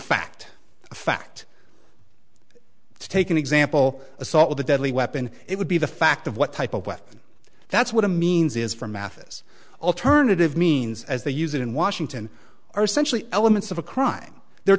fact a fact to take an example assault with a deadly weapon it would be the fact of what type of weapon that's what it means is for mathis alternative means as they use it in washington are essentially elements of a crime they're